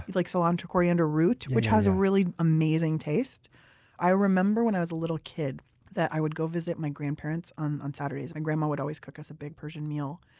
like cilantro or coriander root, which has a really amazing taste i remember when i was a little kid that i would go visit my grandparents on on saturdays my grandma would always cook us a big persian meal.